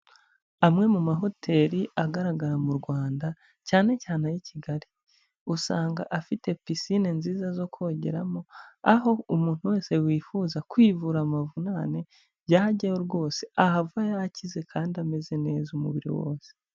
Amwe mu mahoteli agaragara mu Rwanda cyane cyane ay'i Kigali, usanga afite pisine nziza zo kongeramo, aho umuntu wese wifuza kwivura amavunane, yajyayo rwose ahava yakize kandi ameze neza umubiri wose.